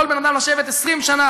יכול בן-אדם לשבת 20 שנה,